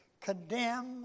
condemn